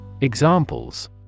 Examples